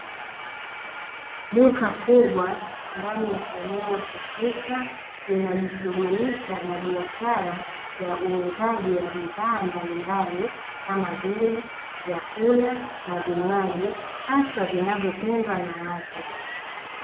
Duka kubwa ndani ya eneo husika linajishughulisha na biashara ya uuzaji wa bidhaa mbalimbali, kama vile vyakula na vinywaji haswa vinavyopendwa na watu.